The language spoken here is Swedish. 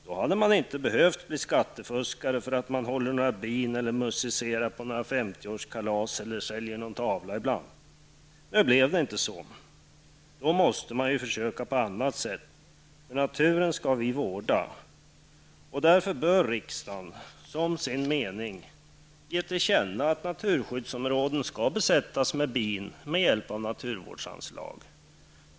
Då hade man inte behövt bli skattefuskare för att man håller några bin, musicerar på några 50-årskalas eller säljer någon tavla ibland. Nu blev det inte så. Då måste man ju försöka på annat sätt -- för naturen skall vi vårda. Därför bör riksdagen som sin mening ge regeringen till känna att naturskyddsområden skall besättas med bin med hjälp av naturvårdsanslag.